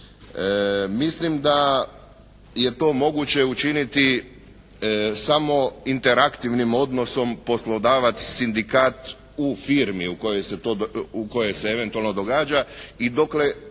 Mislim da je to moguće učiniti samo interaktivnim odnosom poslodavac-sindikat u firmi u kojoj se eventualno događa i dokle